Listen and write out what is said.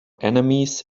enemies